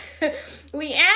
Leanne